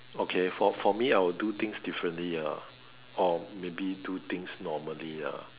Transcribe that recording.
okay for for me I will do things differently ah or maybe do things normally ah